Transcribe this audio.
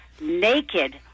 Naked